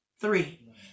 Three